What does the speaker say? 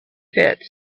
pits